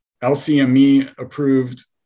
LCME-approved